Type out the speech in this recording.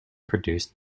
produced